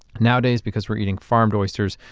nowadays, because we're eating farmed oysters,